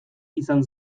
izan